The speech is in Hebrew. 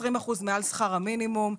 20% מעל שכר המינימום.